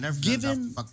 given